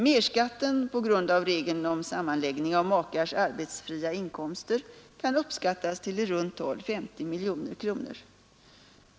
Merskatten på grund av regeln om sammanläggning av makars arbetsfria inkomster kan uppskattas till i runt tal 50 miljoner kronor.